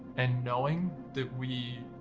and knowing that we